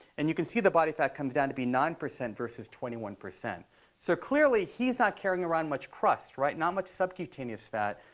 and you can see the body fat comes down to be nine percent versus twenty one. so clearly, he's not carrying around much crust, right, not much subcutaneous fat.